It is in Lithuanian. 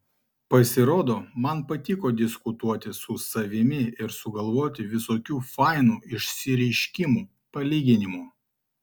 pasirodo man patiko diskutuoti su savimi ir sugalvoti visokių fainų išsireiškimų palyginimų